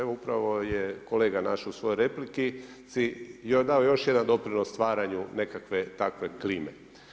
Evo upravo je kolega naš u svojoj replici joj dao još jedan doprinos stvaranju nekakve takve klime.